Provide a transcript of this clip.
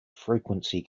frequency